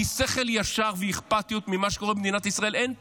כי שכל ישר ואכפתיות ממה שקורה במדינת ישראל אין פה.